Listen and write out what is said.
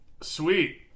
Sweet